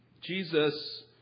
Jesus